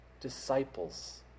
disciples